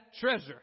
treasure